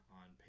on